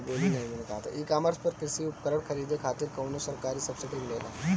ई कॉमर्स पर कृषी उपकरण खरीदे खातिर कउनो सरकारी सब्सीडी मिलेला?